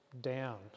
down